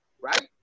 right